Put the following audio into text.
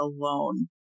alone